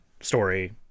story